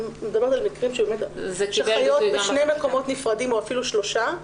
אני מדברת על מקרים של משפחות שחיות בשני מקומות נפרדים או אפילו שלושה,